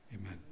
Amen